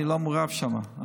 אני לא מעורב שם.